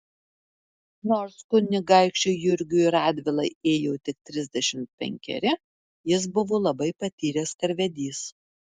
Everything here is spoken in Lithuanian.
nors kunigaikščiui jurgiui radvilai ėjo tik trisdešimt penkeri jis buvo labai patyręs karvedys